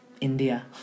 India